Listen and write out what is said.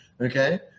Okay